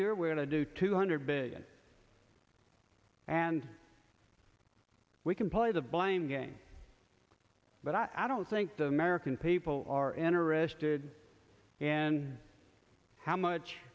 year we're going to do two hundred billion and we can play the blame game but i don't think the american people are interested and how much